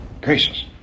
Gracious